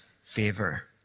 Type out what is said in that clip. favor